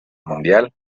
mundial